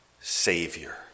Savior